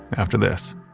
after this